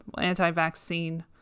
anti-vaccine